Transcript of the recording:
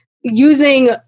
using